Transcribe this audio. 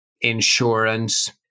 insurance